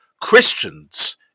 Christians